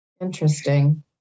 Interesting